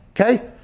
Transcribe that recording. okay